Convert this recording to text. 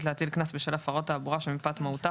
להטיל קנס בשל הפרת תעבורה שמפאת מהותה,